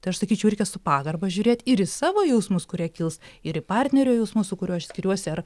tai aš sakyčiau reikia su pagarba žiūrėt ir į savo jausmus kurie kils ir į partnerio jausmus su kuriuo aš skiriuosi ar